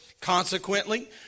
Consequently